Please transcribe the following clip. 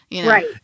Right